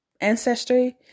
ancestry